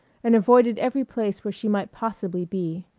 and avoided every place where she might possibly be.